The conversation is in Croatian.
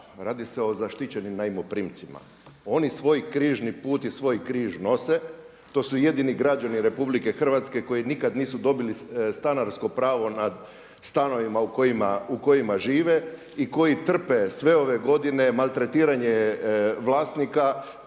radi se o zaštićenim najmoprimcima. Oni svoj križni put i svoj križ nose. To su jedini građani Republike Hrvatske koji nikad nisu dobili stanarsko pravo nad stanovima u kojima žive i koji trpe sve ove godine maltretiranje vlasnika